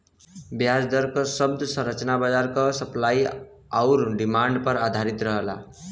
ब्याज दर क शब्द संरचना बाजार क सप्लाई आउर डिमांड पर आधारित रहला